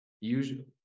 usually